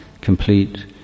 complete